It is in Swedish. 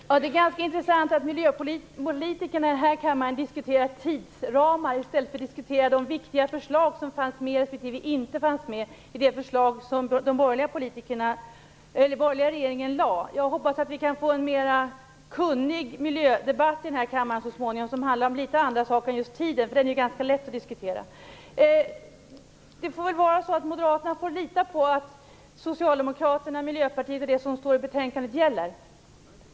Herr talman! Det är ganska intressant att miljöpolitikerna i den här kammaren diskuterar tidsramar i stället för att diskutera de viktiga förslag som finns med respektive inte finns med i det förslag som den borgerliga regeringen lade fram. Jag hoppas att vi kan få en mera kunnig miljödebatt i den här kammaren så småningom, som handlar om litet andra frågor än just tidsramen. Den är ganska lätt att diskutera. Moderaterna får lita på Socialdemokraterna och Miljöpartiet och på att det som står i betänkandet gäller.